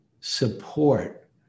support